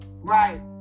Right